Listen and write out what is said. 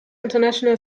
international